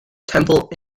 temple